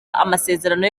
amasezerano